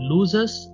Losers